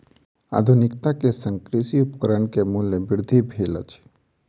आधुनिकता के संग कृषि उपकरण के मूल्य वृद्धि भेल अछि